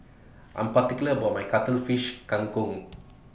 I Am particular about My Cuttlefish Kang Kong